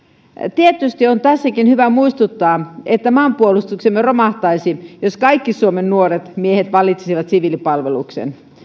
tietysti on tässäkin hyvä muistuttaa että maanpuolustuksemme romahtaisi jos kaikki suomen nuoret miehet valitsisivat siviilipalveluksen